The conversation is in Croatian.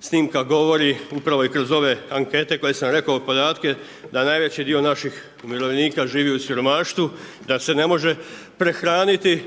snimka govori, upravo i kroz ove ankete koje sam rekao, podatke da najveći dio naših umirovljenika živi u siromaštvu, da se ne može prehraniti